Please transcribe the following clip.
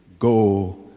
go